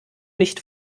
nicht